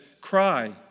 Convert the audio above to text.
cry